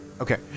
Okay